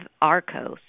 ARCOS